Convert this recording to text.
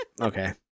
Okay